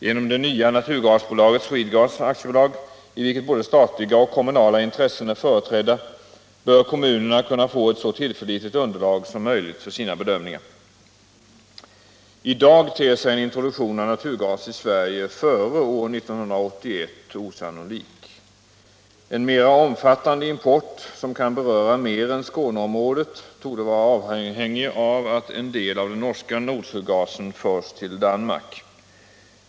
Genom det nya naturgasbolaget Swedegas AB, i vilket både statliga och kommunala intressen är företrädda, bör kommunerna kunna få ett så tillförlitligt underlag som möjligt för sina bedömningar. I dag ter sig en introduktion av naturgas i Sverige före år 1981 osannolik. En mera omfattande import, som kan beröra mer än Skåneområdet, torde vara avhängig av att en del av den norska Nordsjögasen förs till Danmark.